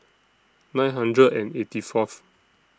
nine hundred and eighty Fourth